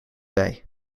bij